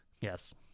yes